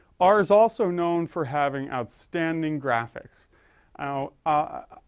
or is also known for having outstanding graphics ah. ah.